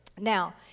Now